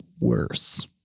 worse